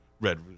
Red